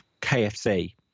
KFC